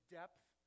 depth